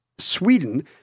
Sweden